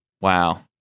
Wow